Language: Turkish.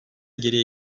geriye